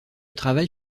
travail